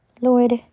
Lord